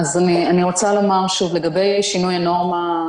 לגבי שינוי הנורמה,